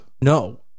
No